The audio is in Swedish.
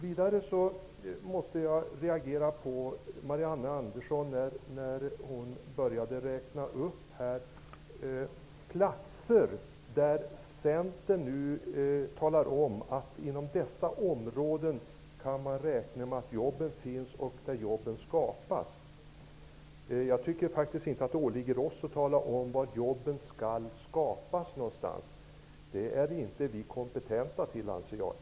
Jag måste reagera när Marianne Andersson talade om inom vilka områden Centern menar att man kan räkna med att jobben finns och kan skapas. Jag tycker inte att det åligger oss att tala om var jobben skall skapas. Det är inte vi kompetenta att göra.